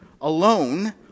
alone